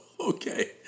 okay